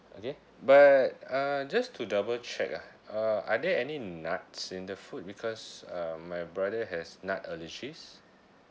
okay but uh just to double check ah uh are there any nuts in the food because uh my brother has nut allergies